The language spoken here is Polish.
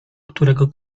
którego